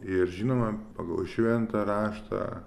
ir žinoma pagal šventą raštą